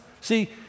See